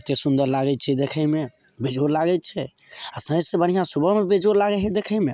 कतेक सुन्दर लागै छै देखैमे बेजोड़ लागै छै आओर सबसे बढ़िआँ सुबहमे बेजोड़ लागै हइ देखैमे